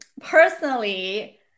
Personally